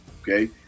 okay